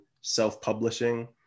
self-publishing